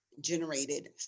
generated